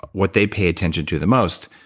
what they pay attention to the most,